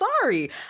sorry